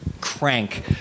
crank